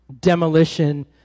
demolition